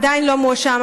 עדיין לא מואשם,